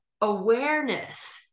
awareness